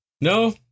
No